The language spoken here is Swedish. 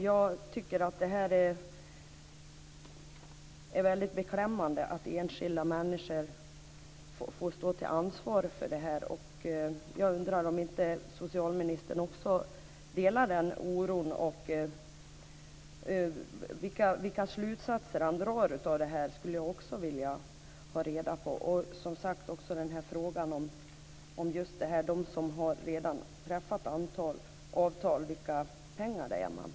Jag tycker att det är väldigt beklämmande att enskilda människor får ta ansvaret för det här, och jag undrar om inte socialministern delar den oron. Jag skulle också vilja ha reda på vilka slutsatser han drar av detta. Och som sagt: Vilka pengar använder man för dem som redan har träffat avtal?